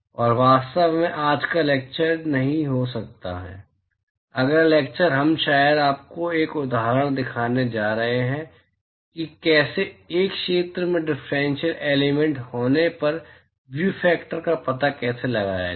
और वास्तव में आज का लैक्चर नहीं हो सकता है अगला लैक्चर हम शायद आपको एक उदाहरण दिखाने जा रहे हैं कि कैसे एक क्षेत्र पर डिफरेंशियल एलिमेंट होने पर व्यू फैक्टर का पता कैसे लगाया जाए